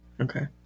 Okay